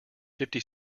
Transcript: fifty